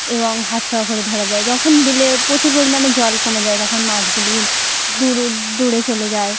এবং হাত ছাওয়া করে ধরা যায় যখন বিলে প্রচুর পরিমাণে জল কমে যায় তখন মাছগুলি দূর দূরে চলে যায়